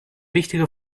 wichtige